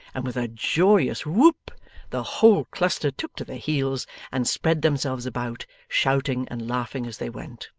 and with a joyous whoop the whole cluster took to their heels and spread themselves about, shouting and laughing as they went.